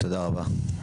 תודה רבה.